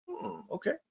Okay